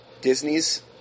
Disney's